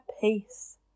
peace